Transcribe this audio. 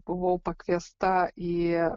buvau pakviesta į